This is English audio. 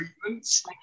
treatments